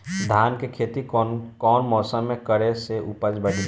धान के खेती कौन मौसम में करे से उपज बढ़ी?